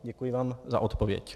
Děkuji vám za odpověď.